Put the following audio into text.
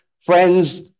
Friends